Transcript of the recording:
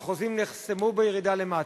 בחוזים נחסמו בירידה למטה.